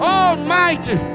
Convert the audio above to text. almighty